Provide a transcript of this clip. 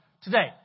today